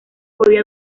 podía